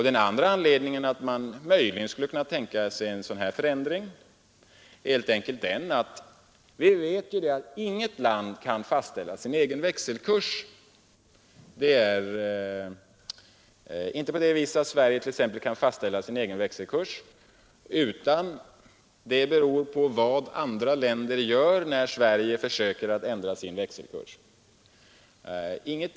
Den andra anledningen är helt enkelt att inget land kan fastställa sin egen växelkurs. Sverige kan alltså inte fastställa sin egen växelkurs, utan denna blir beroende av vad andra länder gör.